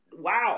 wow